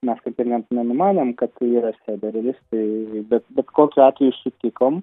mes kaip ir nenumanėm kad tai yra federeris bet bet kokiu atveju sutikom